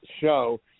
show